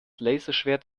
laserschwert